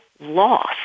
loss